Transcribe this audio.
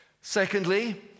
Secondly